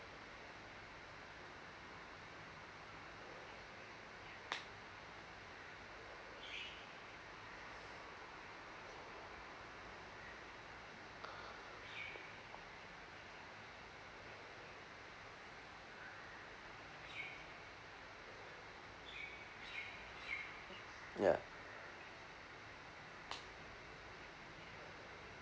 ya